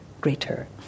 greater